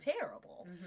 terrible